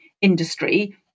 industry